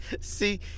See